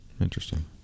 Interesting